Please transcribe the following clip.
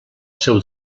seu